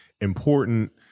important